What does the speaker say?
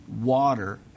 water